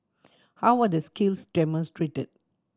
how are the skills demonstrated